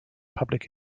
public